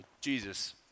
Jesus